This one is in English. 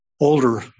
older